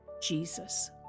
Jesus